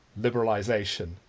liberalisation